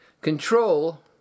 Control